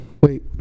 wait